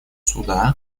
суда